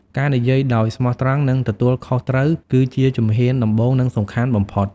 ការនិយាយដោយស្មោះត្រង់ និងទទួលខុសត្រូវ គឺជាជំហានដំបូង និងសំខាន់បំផុត។